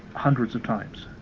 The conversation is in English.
hundreds of times